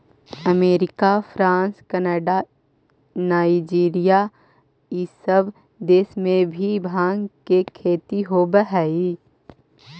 America, France, Canada, Nigeria इ सब देश में भी भाँग के खेती होवऽ हई